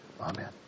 Amen